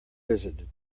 visited